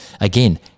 Again